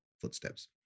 footsteps